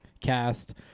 cast